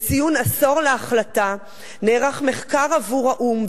לציון עשור להחלטה נערך מחקר עבור האו"ם.